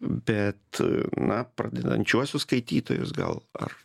bet na pradedančiuosius skaitytojus gal ar